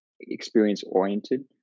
experience-oriented